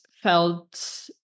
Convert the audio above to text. felt